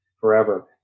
forever